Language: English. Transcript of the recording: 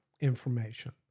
information